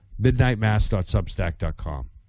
midnightmass.substack.com